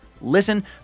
Listen